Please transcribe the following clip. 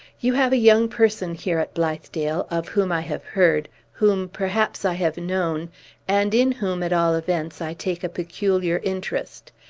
you have a young person here at blithedale, of whom i have heard whom, perhaps, i have known and in whom, at all events, i take a peculiar interest.